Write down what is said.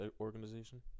Organization